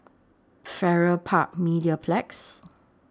Farrer Park Mediplex